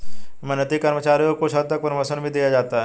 मेहनती कर्मचारी को कुछ हद तक प्रमोशन भी दिया जाता है